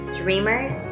dreamers